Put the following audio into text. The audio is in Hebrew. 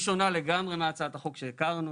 היא שונה לגמרי מהצעת החוק שהכרנו.